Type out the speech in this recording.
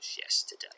yesterday